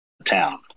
town